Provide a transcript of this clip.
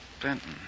Benton